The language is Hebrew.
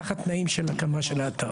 תחת תנאים של הקמה של האתר.